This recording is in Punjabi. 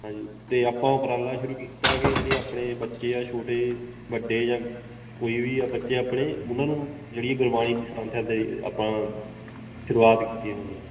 ਹਾਂਜੀ ਅਤੇ ਆਪਾਂ ਉਪਰਾਲਾ ਸ਼ੁਰੂ ਕੀਤਾ ਕਿ ਜਿਹੜੇ ਆਪਣੇ ਬੱਚੇ ਆ ਛੋਟੇ ਵੱਡੇ ਜਾਂ ਕੋਈ ਵੀ ਆ ਬੱਚੇ ਆਪਣੇ ਉਹਨਾਂ ਨੂੰ ਜਿਹੜੀ ਗੁਰਬਾਣੀ ਦੀ ਸੰਥਿਆ ਆਪਾਂ ਸ਼ੁਰੂਆਤ ਕੀਤੀ ਹਾਂਜੀ